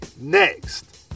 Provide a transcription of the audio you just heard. next